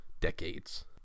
decades